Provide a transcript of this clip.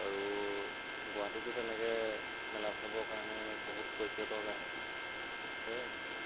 আৰু গুৱাহাটীটো তেনেকৈ মেলা চাবৰ কাৰণে বহুত পৰ্যটক আহে সেয়াই